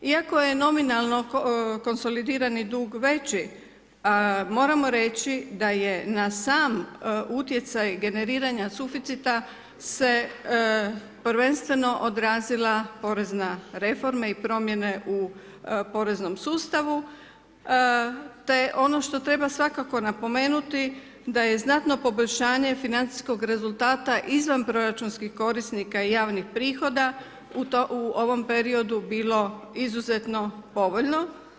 Iako je nominalno konsolidirani dug veći moramo reći da je na sam utjecaj generiranja suficita se prvenstveno odrazila porezna reforma i promjene u poreznom sustavu te ono što treba svakako napomenuti da je znatno poboljšanje financijskog rezultata izvanproračunskih korisnika i javnih prihoda u ovom periodu bilo izuzetno povoljno.